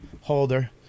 holder